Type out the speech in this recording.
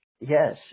yes